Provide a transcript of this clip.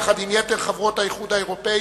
יחד עם יתר חברות האיחוד האירופי,